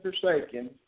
forsaken